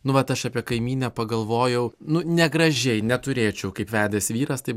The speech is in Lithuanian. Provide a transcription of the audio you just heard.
nu vat aš apie kaimynę pagalvojau nu negražiai neturėčiau kaip vedęs vyras taip